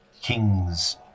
King's